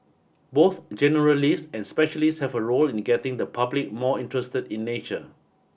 both generalists and specialists have a role in getting the public more interested in nature